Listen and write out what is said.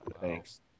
Thanks